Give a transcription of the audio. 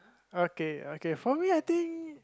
okay okay for me I think